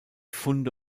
funde